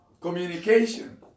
communication